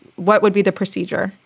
what would be the procedure?